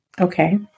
Okay